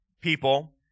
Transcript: people